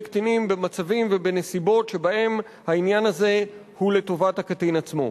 קטינים במצבים ובנסיבות שבהם העניין הזה הוא לטובת הקטין עצמו.